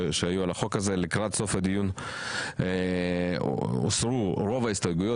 לקראת סוף הדיון הוסרו רוב ההסתייגויות